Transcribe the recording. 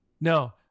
No